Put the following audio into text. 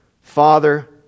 Father